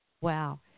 wow